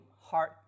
heart